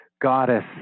goddess